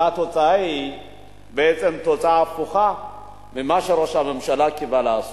והתוצאה היא בעצם תוצאה הפוכה ממה שראש הממשלה קיווה לעשות.